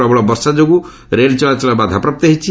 ପ୍ରବଳ ବର୍ଷା ଯୋଗୁଁ ରେଳ ଚଳାଚଳ ମଧ୍ୟ ବାଧାପ୍ରାପ୍ତ ହୋଇଛି